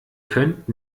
könnt